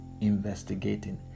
investigating